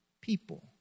people